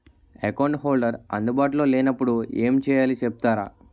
Account holder అందు బాటులో లే నప్పుడు ఎం చేయాలి చెప్తారా?